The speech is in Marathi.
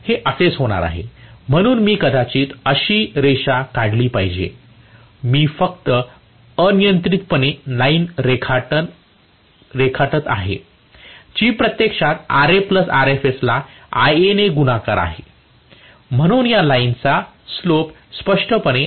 हे असेच होणार आहे म्हणून मी कदाचित अशी रेषा काढली पाहिजे मी फक्त अनियंत्रितपणे लाईन रेखाटत आहे जी प्रत्यक्षात Ra प्लस Rfs ला Ia ने गुणाकार आहे म्हणून या लाईनचा स्लोप स्पष्टपणे Ra प्लस Rfs असेल